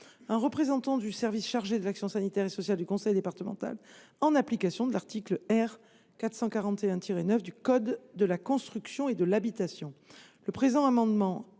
un représentant du service chargé de l’action sanitaire et sociale du conseil départemental, en application de l’article R. 441 9 du code de la construction et de l’habitation. Le présent amendement vise